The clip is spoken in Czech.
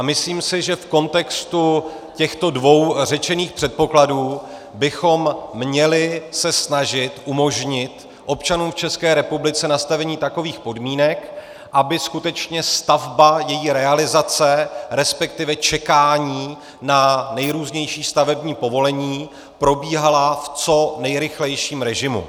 Myslím si, že v kontextu těchto dvou řečených předpokladů bychom se měli snažit umožnit občanům v České republice nastavení takových podmínek, aby skutečně stavba, její realizace, resp. čekání na nejrůznější stavební povolení probíhala v co nejrychlejším režimu.